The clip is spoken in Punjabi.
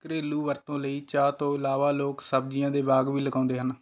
ਘਰੇਲੂ ਵਰਤੋਂ ਲਈ ਚਾਹ ਤੋਂ ਇਲਾਵਾ ਲੋਕ ਸਬਜ਼ੀਆਂ ਦੇ ਬਾਗ਼ ਵੀ ਲਗਾਉਂਦੇ ਹਨ